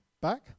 back